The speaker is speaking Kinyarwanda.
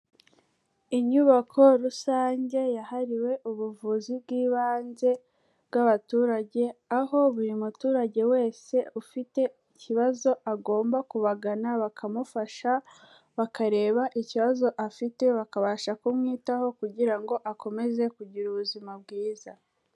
Inyubako rusange yahariwe ubuvuzi bw'ibanze bw'abaturage, aho buri muturage wese ufite ikibazo agomba kubagana bakamufasha, bakareba ikibazo afite bakabasha kumwitaho kugira ngo akomeze kugira ubuzima bwiza.